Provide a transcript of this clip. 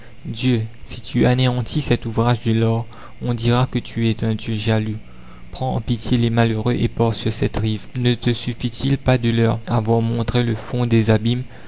dieu si tu anéantis cet ouvrage de l'art on dira que tu es un dieu jaloux prends en pitié les malheureux épars sur cette rive ne te suffit-il pas de leur avoir montré le fond des abîmes